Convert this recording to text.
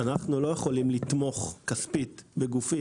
אנחנו לא יכולים לתמוך כספית בגופים